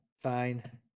Fine